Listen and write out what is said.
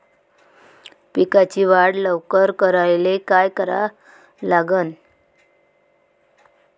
पिकाची वाढ लवकर करायले काय करा लागन?